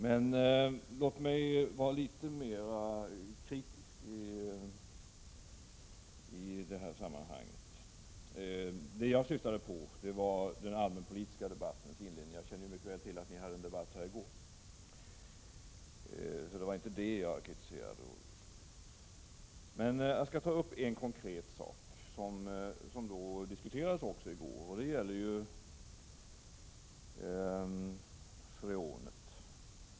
Men låt mig i det här sammanhanget vara litet mer kritisk. Vad jag syftade på var den allmänpolitiska debattens inledning — jag känner mycket väl till att ni hade en debatt här i går, men det var inte den jag kritiserade. Jag skall ta upp en konkret sak, som diskuterades också i går, nämligen freonen.